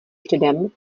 předem